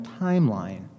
timeline